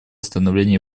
восстановления